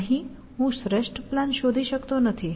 અહીં હું શ્રેષ્ઠ પ્લાન શોધી શકતો નથી